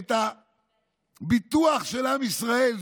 את הביטוח של עם ישראל,